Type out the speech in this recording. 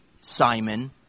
Simon